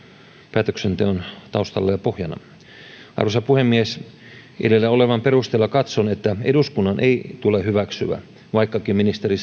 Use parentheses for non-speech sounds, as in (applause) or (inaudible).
päätöksenteon taustalla ja pohjana arvoisa puhemies edellä olevan perusteella katson että eduskunnan ei tule hyväksyä vaikkakin ministeri (unintelligible)